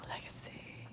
Legacy